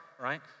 right